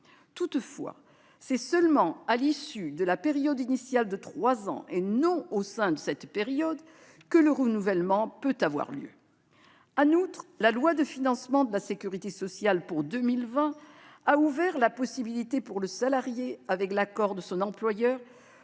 Toutefois, c'est seulement à l'issue de la période initiale de trois ans, et non au sein de cette période, que le renouvellement peut avoir lieu. En outre, la loi de financement de la sécurité sociale pour 2020 a ouvert la possibilité pour le salarié, avec l'accord de son employeur,